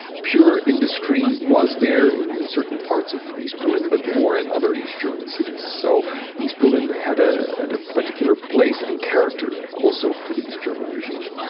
pure industry was there in certain parts of east berlin, but more in other east german cities. so east berlin had ah had a particular place and character, also, for the east german regime.